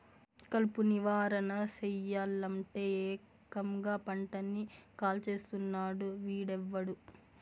కలుపు నివారణ సెయ్యలంటే, ఏకంగా పంటని కాల్చేస్తున్నాడు వీడెవ్వడు